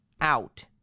out